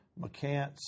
McCants